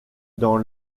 dans